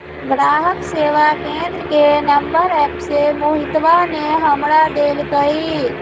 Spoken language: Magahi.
ग्राहक सेवा केंद्र के नंबर एप्प से मोहितवा ने हमरा देल कई